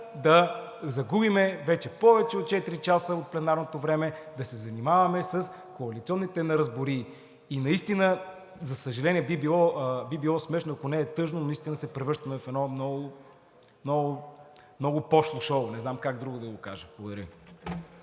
да загубим вече повече от четири часа от пленарното време да се занимаваме с коалиционните неразбории. И наистина, за съжаление, би било смешно, ако не е тъжно, но наистина се превръщаме в едно много пошло шоу, не знам как по друг начин да Ви го кажа. Благодаря